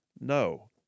No